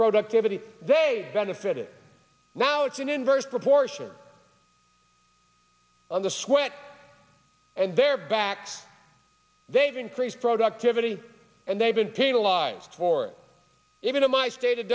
productivity they benefited now it's in inverse proportion of the sweat and their backs they've increased productivity and they've been to live for it even to my state of